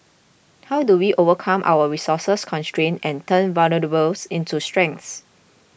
how do we overcome our resources constraints and turn vulnerabilities into strengths